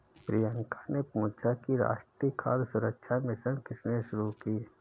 प्रियंका ने पूछा कि राष्ट्रीय खाद्य सुरक्षा मिशन किसने शुरू की?